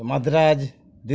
Madras Delhi